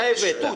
אתה הבאת.